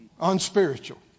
unspiritual